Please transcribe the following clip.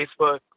Facebook